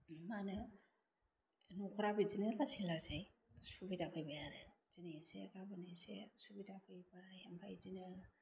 मा होनो न'खरा बिदिनो लासै लासै सुबिदा फैबाय आरो दिनै एसे गाबोन एसे सुबिदा फैबाय आमफ्राइ बिदिनो